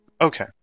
Okay